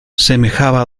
semejaba